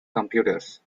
computers